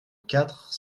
quatre